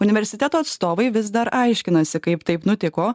universiteto atstovai vis dar aiškinasi kaip taip nutiko